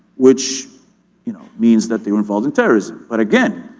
which you know means that they were involved in terrorism. but again,